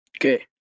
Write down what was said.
Okay